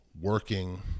working